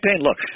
look